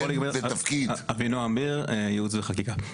אבינועם ביר, ייעוץ וחקיקה,